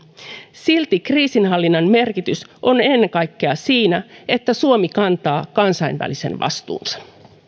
silti kriisinhallinnan merkitys on ennen kaikkea siinä että suomi kantaa kansainvälisen vastuunsa